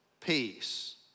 peace